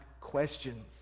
questions